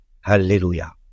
Hallelujah